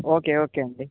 okay okay అండి